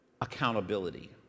accountability